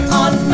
on